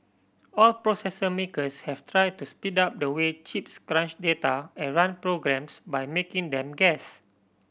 all processor makers have tried to speed up the way chips crunch data and run programs by making them guess